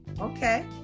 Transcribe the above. Okay